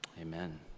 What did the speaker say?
amen